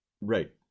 Right